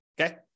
okay